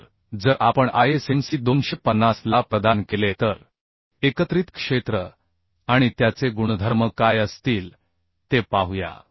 तर जर आपण ISMC 250 ला प्रदान केले तर एकत्रित क्षेत्र आणि त्याचे गुणधर्म काय असतील ते पाहूया